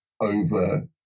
over